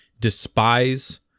despise